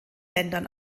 ländern